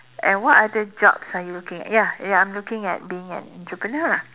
and what other jobs are you looking at ya ya I'm looking at being an entrepreneur lah